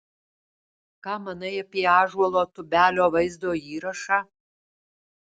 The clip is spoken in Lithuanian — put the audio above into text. ką manai apie ąžuolo tubelio vaizdo įrašą